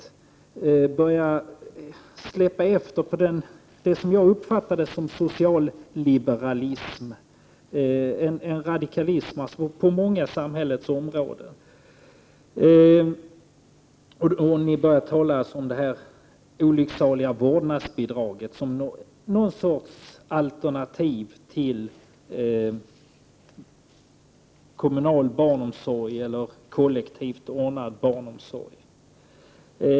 Ni började släppa efter när det gäller det som jag uppfattade som socialliberalism, dvs. en radikalism på många av samhällets områden. Ni talade om det olycksaliga vårdnadsbidraget som något slags alternativ till kommunal barnomsorg eller kollektivt ordnad barnomsorg.